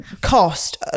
cost